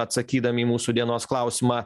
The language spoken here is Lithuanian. atsakydami į mūsų dienos klausimą